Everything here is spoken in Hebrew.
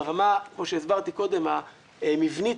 ברמה המבנית,